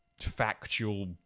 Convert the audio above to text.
factual